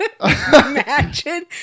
imagine